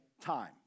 time